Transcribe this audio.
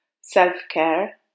self-care